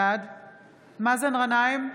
בעד מאזן גנאים,